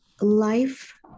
life